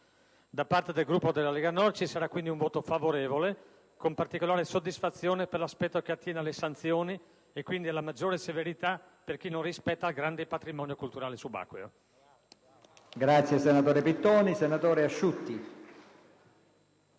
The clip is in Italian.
Da parte del Gruppo della Lega Nord sarà quindi espresso voto favorevole, con particolare soddisfazione per l'aspetto che attiene alle sanzioni e quindi alla maggiore severità nei confronti di chi non rispetta il nostro grande patrimonio culturale subacqueo.